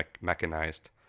mechanized